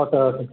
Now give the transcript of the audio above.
okay okay